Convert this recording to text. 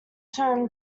term